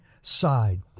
side